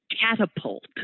catapult